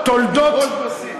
תפרוש בשיא.